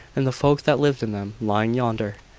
and the folk that lived in them lying yonder.